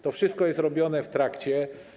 To wszystko jest robione w trakcie.